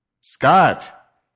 Scott